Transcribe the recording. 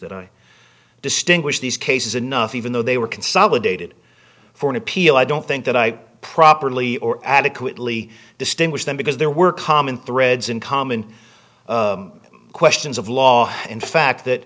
that i distinguish these cases enough even though they were consolidated for an appeal i don't think that i properly or adequately distinguish them because there were common threads in common questions of law in fact